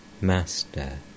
Master